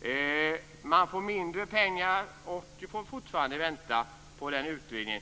Idrotten får mindre pengar och får fortfarande vänta på denna utredning.